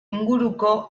inguruko